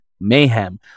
mayhem